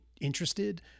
interested